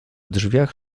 drzwiach